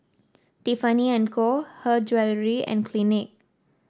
Tiffany And Co Her Jewellery and Clinique